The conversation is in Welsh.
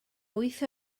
wyth